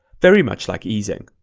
very much like easing.